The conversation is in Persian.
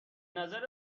نظر